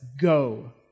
go